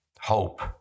hope